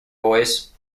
boys